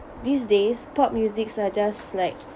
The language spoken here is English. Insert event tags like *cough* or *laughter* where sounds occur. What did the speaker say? these days pop musics are just *noise* like